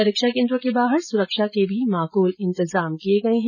परीक्षा केन्द्रों के बाहर सुरक्षा के भी माकूल इन्तजाम किए गए है